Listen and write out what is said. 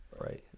Right